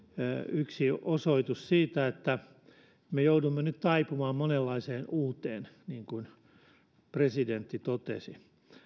yksi osoitus siitä että me joudumme nyt taipumaan monenlaiseen uuteen niin kuin presidentti totesi